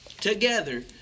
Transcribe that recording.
together